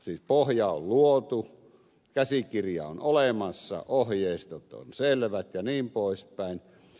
siis pohja on luotu käsikirja on olemassa ohjeistot on selvät jnp